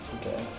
Okay